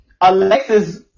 Alexis